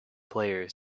players